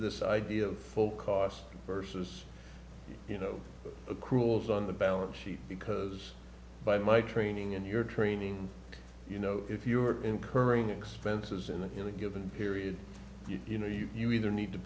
this idea of full cost versus you know accruals on the balance sheet because by my training and your training you know if you are incurring expenses in that you are given period you know you either need to